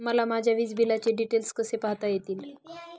मला माझ्या वीजबिलाचे डिटेल्स कसे पाहता येतील?